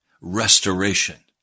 restoration